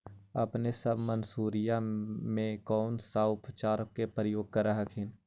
अपने सब मसुरिया मे कौन से उपचार के प्रयोग कर हखिन?